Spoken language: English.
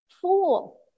fool